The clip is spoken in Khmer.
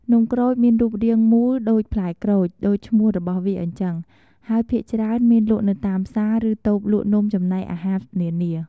នំក្រូចមានរូបរាងមូលដូចផ្លែក្រូចដូចឈ្មោះរបស់វាអញ្ជឹង ហើយភាគច្រើនមានលក់នៅតាមផ្សារ ឬតូបលក់នំចំណីអាហារនានា។